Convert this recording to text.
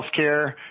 healthcare